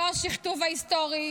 לא השכתוב ההיסטורי,